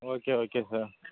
okay okay sir